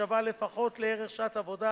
ששווה לפחות לערך שעת עבודה